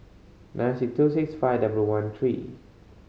nine six two six five double one three